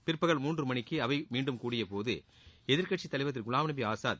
பிற்பகல் மூன்று மணிக்கு அவை மீண்டும் கூடியபோது எதிர்க்கட்சித் தலைவர் திரு குலாம்நபி ஆஸாத்